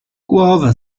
głowę